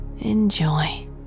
Enjoy